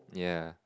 ya